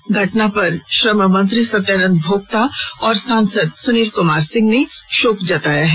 इस घटना पर श्रम मंत्री सत्यानंद भोक्ता और सांसद सुनील कुमार सिंह ने शोक जताया है